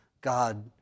God